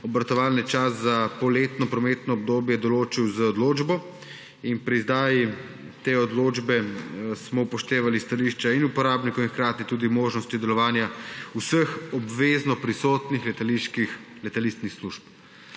obratovalni čas za poletno prometno obdobje določil z odločbo. Pri izdaji te odločbe smo upoštevali stališče uporabnikov in hkrati tudi možnosti delovanja vseh obvezno prisotnih letaliških služb,